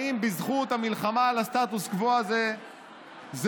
האם בזכות המלחמה על הסטטוס קוו הזה זהותה